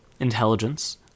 Intelligence